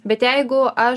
bet jeigu aš